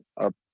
up